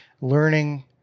learning